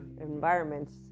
environments